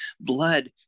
blood